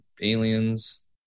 aliens